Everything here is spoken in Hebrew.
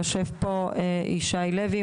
יושב פה ישי לוי,